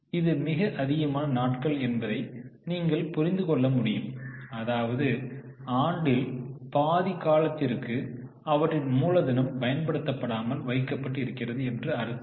இது மிக அதிகமான நாட்கள் என்பதை நீங்கள் புரிந்து கொள்ள முடியும் அதாவது ஆண்டில் பாதி காலத்திற்கு அவற்றின் மூலதனம் பயன்படுத்தப்படாமல் வைக்கப்பட்டு இருக்கிறது என்று அர்த்தம்